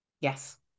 Yes